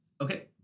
Okay